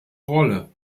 rolle